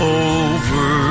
over